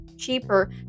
cheaper